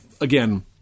again